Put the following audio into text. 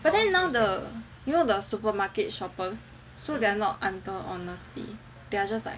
but then now the you know the supermarket shoppers so they are not under Honestbee so they are just